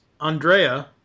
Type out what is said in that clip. Andrea